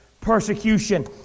persecution